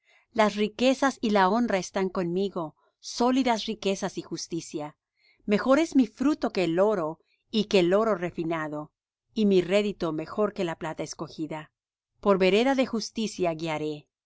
las riquezas y la honra están conmigo sólidas riquezas y justicia mejor es mi fruto que el oro y que el oro refinado y mi rédito mejor que la plata escogida por vereda de justicia guiaré por